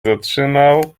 zatrzymał